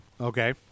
Okay